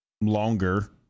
longer